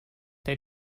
they